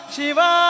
Shiva